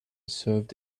served